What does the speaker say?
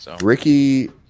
Ricky